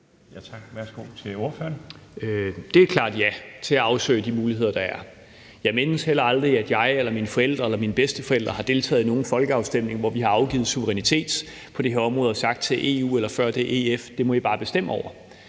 Peter Kofod (DF): Det er klart ja til at afsøge de muligheder, der er. Jeg mindes heller aldrig, at jeg eller mine forældre eller mine bedsteforældre har deltaget i nogen folkeafstemning, hvor vi har afgivet suverænitet på det her område og sagt til EU eller før det EF, at det må de bare bestemme over.